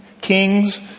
Kings